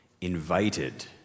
invited